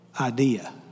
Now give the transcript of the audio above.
idea